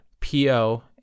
PO